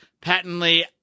patently